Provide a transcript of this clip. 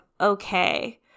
okay